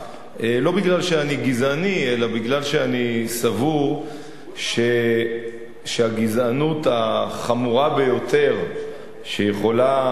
לא כי אני גזעני אלא כי אני סבור שהגזענות החמורה ביותר שיכולה